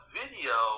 video